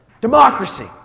Democracy